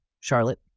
Charlotte